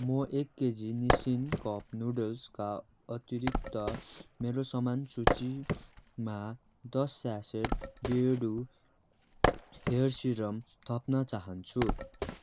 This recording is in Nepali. म एक केजी निसिन कप नुडल्सका अतिरिक्त मेरो सामान सूचीमा दस स्यासे बियरडु हेयर सिरम थप्न चाहन्छु